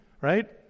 right